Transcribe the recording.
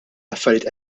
affarijiet